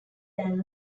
than